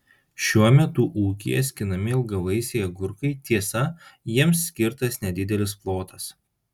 šiuo metu ūkyje skinami ilgavaisiai agurkai tiesa jiems skirtas nedidelis plotas